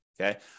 Okay